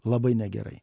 labai negerai